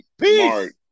Peace